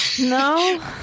No